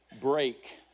break